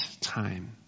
time